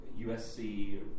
USC